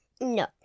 No